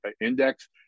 index